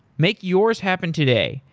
make yours happen today.